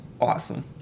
awesome